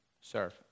serve